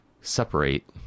separate